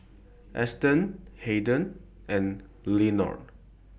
Essex Haden and Lenard